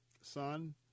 son